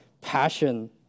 passion